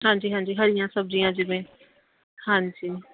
ਹਾਂਜੀ ਹਾਂਜੀ ਹਰੀਆਂ ਸਬਜ਼ੀਆਂ ਜਿਵੇਂ ਹਾਂਜੀ